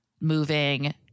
moving